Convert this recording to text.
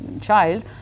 child